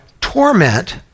torment